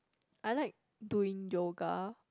I like doing yoga